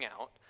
out